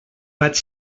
vaig